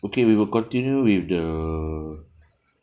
okay we will continue with the